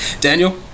Daniel